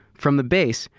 from the base,